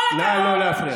נא לא להפריע.